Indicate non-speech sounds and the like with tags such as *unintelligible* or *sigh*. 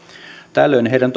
tällöin heidän *unintelligible*